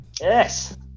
Yes